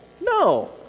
No